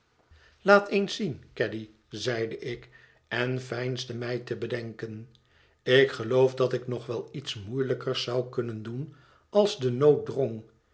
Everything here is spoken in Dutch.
laat eens zien caddy zeide ik en veinsde mij te bedenken ik geloof dat ik nog wel iets moeielijkers zou kunnen doen als de